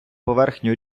поверхню